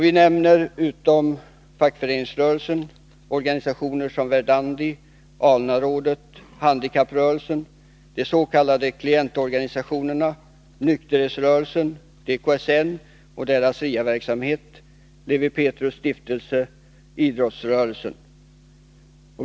Vi nämner utom fackföreningsrörelsen organisationer som Verdandi, ALNA-råden, handikapprörelsen, de s.k. klientorganisationerna, nykterhetsrörelsen, DKSN och dess RIA-verksamhet, Lewi Petrus” stiftelse och idrottsrörelsen.